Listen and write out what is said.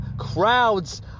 crowds